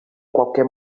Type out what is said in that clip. qualquer